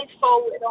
forward